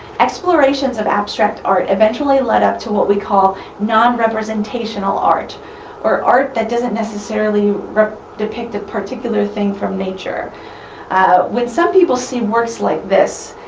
explorations of abstract art eventually led up to what we call non-representational art or, art that doesn't necessarily depict a particular thing from nature when some people see works like this,